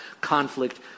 conflict